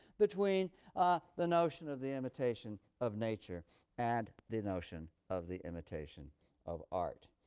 between ah the notion of the imitation of nature and the notion of the imitation of art.